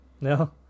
No